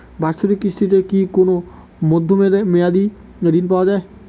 বাৎসরিক কিস্তিতে কি কোন মধ্যমেয়াদি ঋণ পাওয়া যায়?